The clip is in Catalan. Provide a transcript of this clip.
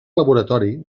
laboratori